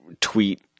tweet